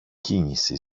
κίνηση